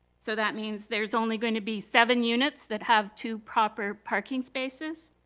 so that means there's only going to be seven units that have two proper parking spaces.